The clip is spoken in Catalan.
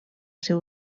ser